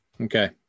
Okay